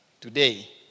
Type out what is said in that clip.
Today